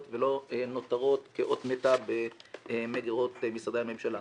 ולא נותרות כאות מתה במגירות משרדי הממשלה.